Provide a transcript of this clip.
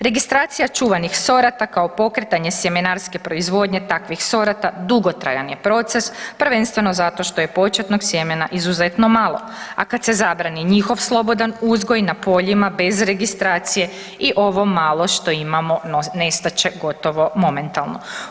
Registracija čuvanih sorata kao pokretanje sjemenarske proizvodnje takvih sorata dugotrajan je proces prvenstveno zato što je početnog sjemena izuzetno malo, a kad se zabrani njihov slobodan uzgoj na poljima bez registracije i ovo malo što imamo nestat će gotovo momentalno.